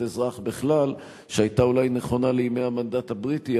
אזרח בכלל שהיתה אולי נכונה לימי המנדט הבריטי,